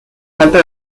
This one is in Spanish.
falta